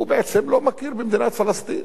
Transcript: הוא בעצם לא מכיר במדינת פלסטין.